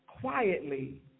quietly